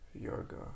yoga